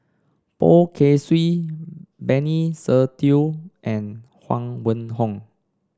Poh Kay Swee Benny Se Teo and Huang Wenhong